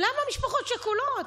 למה משפחות שכולות?